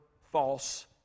false